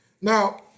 now